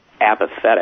apathetic